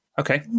Okay